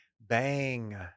bang